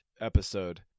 episode